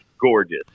gorgeous